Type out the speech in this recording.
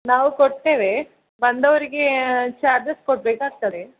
ನಾವು ಕೊಡ್ತೇವೆ ಬಂದವರಿಗೇ ಚಾರ್ಜಸ್ ಕೊಡ್ಬೇಕು ಆಗ್ತದೆ